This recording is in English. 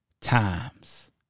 times